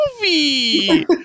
movie